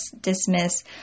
dismiss